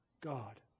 God